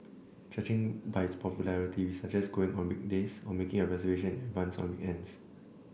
judging by its popularity we'd suggest going on weekdays or making a reservation in advance on weekends